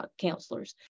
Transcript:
counselors